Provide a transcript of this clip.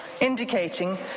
indicating